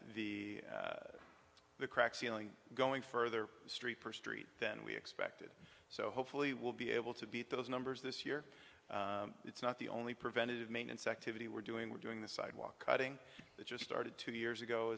the the cracked ceiling going further street per street than we expected so hopefully we'll be able to beat those numbers this year it's not the only preventative maintenance activity we're doing we're doing the sidewalk cutting that just started two years ago